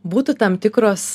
būtų tam tikros